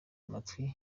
amatwi